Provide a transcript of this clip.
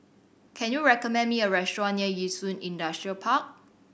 can you recommend me a restaurant near Yishun Industrial Park